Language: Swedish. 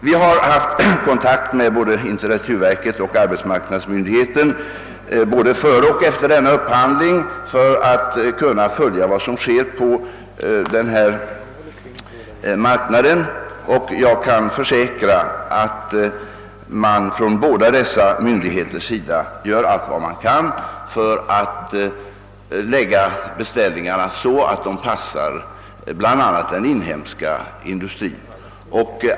Vi har haft kontakt med både intendenturverket och arbetsmarknadsmyndigheten såväl före som efter denna upphandling för att kunna följa vad som händer på marknaden. Jag kan försäkra att båda dessa myndigheter gör allt som är möjligt för att lägga beställningarna så att de passar den inhemska industrin.